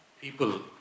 people